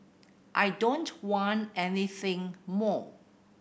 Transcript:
I don't want anything more